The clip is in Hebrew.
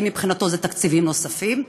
כי מבחינתו זה תקציבים נוספים,